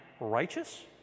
righteous